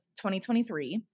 2023